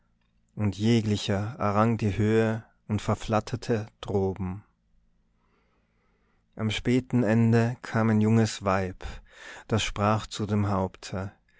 und jeglicher errang die höhe und verflatterte droben am späten ende kam ein junges weib das sprach zu dem haupte